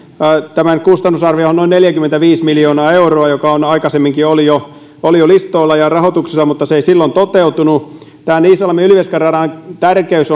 tämän kustannusarviohan on noin neljäkymmentäviisi miljoonaa euroa ja se aikaisemminkin oli jo listoilla ja rahoituksessa mutta se ei silloin toteutunut tämän iisalmi ylivieska radan tärkeys